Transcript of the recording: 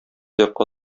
якка